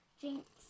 Jinx